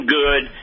good